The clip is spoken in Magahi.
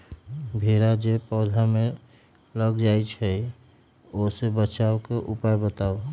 भेरा जे पौधा में लग जाइछई ओ से बचाबे के उपाय बताऊँ?